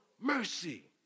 mercy